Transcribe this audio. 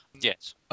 Yes